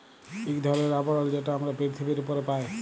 ইক ধরলের আবরল যেট আমরা পিরথিবীর উপরে পায়